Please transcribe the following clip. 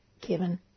Kevin